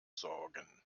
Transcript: sorgen